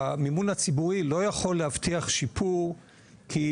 המימון הציבורי לא יכול להבטיח שיפור כי